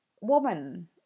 woman